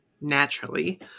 Naturally